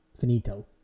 finito